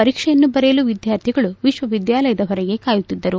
ಪರೀಕ್ಷೆಯನ್ನು ಬರೆಯಲು ವಿದ್ಯಾರ್ಥಿಗಳು ವಿಶ್ವವಿದ್ದಾಲಯದ ಹೊರಗೆ ಕಾಯುತ್ತಿದ್ದರು